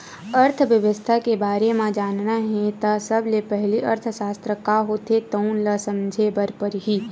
अर्थबेवस्था के बारे म जानना हे त सबले पहिली अर्थसास्त्र का होथे तउन ल समझे बर परही